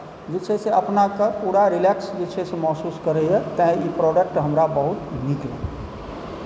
जे छै से अपनाके जे छै से पूरा जे छै से रिलैक्स महसूस करैए तेँ ई प्रोडक्ट हमरा बहुत नीक लागल